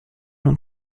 und